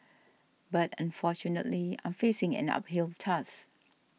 but unfortunately I'm facing an uphill task